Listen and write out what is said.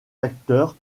acteurs